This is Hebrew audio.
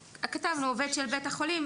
כתבנו "עובד של בית החולים".